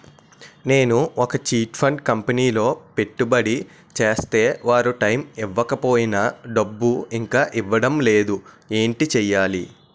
నేను ఒక chit fund కంపెనీలో పెట్టుబడి చేస్తే వారు టైమ్ ఇవ్వకపోయినా డబ్బు ఇంకా ఇవ్వడం లేదు ఏంటి చేయాలి?